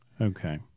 Okay